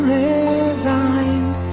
resigned